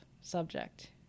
subject